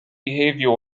behaviour